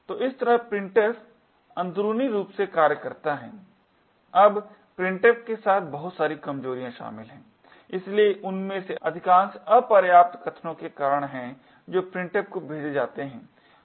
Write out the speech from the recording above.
तो इस तरह printf अंदरूनी रूप से कार्य करता है अब printf के साथ बहुत सारी कमजोरियाँ शामिल हैं इसलिए उनमें से अधिकांश अपर्याप्त कथनों के कारण हैं जो printf को भेजे जाते हैं